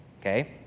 Okay